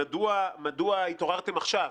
מדוע התעוררתם עכשיו?